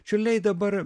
čiurliai dabar